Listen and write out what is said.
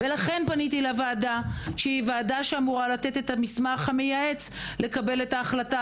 לכן פניתי לוועדה שאמורה לתת אתה מסמך המייעץ לקבל את ההחלטה